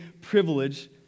privilege